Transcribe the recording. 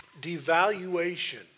devaluation